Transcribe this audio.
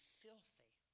filthy